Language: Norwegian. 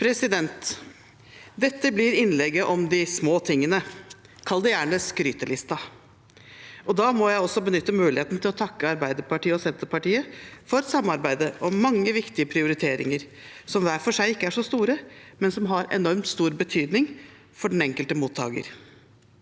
Dette blir et innlegg om de små tingene – kall det gjerne skrytelisten. Da må jeg også benytte muligheten til å takke Arbeiderpartiet og Senterpartiet for samarbeidet om mange viktige prioriteringer, som hver for seg ikke er så store, men som har enormt stor betydning for den enkelte mottaker.